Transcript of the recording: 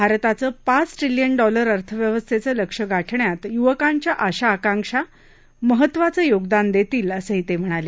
भारताचं पाच trillion dollar अर्थव्यवस्थेचं लक्ष गाठण्यात युवकांच्या आशा आकांक्षा महत्त्वाचं योगदान देतील असंही ते म्हणाले